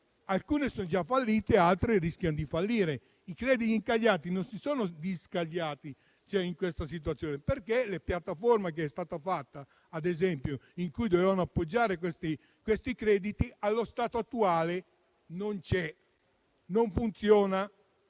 problema sono già fallite, mentre altre rischiano di fallire. I crediti incagliati non si sono disincagliati in questa situazione, perché la piattaforma che è stata fatta, su cui dovevano poggiare questi crediti, allo stato attuale non c'è e non